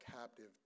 captive